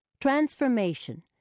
Transformation